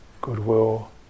goodwill